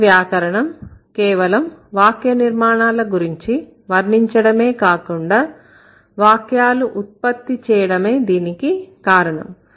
ఈ వ్యాకరణం కేవలం వాక్య నిర్మాణాల గురించి వర్ణించడమే కాకుండా వాక్యాలు ఉత్పత్తి చేయడమే దీనికి కారణం